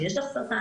שיש לך סרטן.